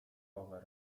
rower